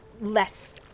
less